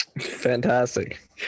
fantastic